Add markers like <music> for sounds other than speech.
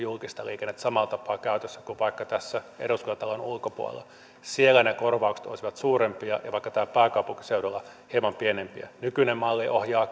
<unintelligible> julkista liikennettä samalla tapaa käytössä kuin vaikka tässä eduskuntatalon ulkopuolella ne korvaukset olisivat suurempia ja vaikka täällä pääkaupunkiseudulla hieman pienempiä nykyinen malli ohjaa <unintelligible>